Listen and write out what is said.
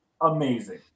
Amazing